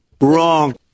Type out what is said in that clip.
Wrong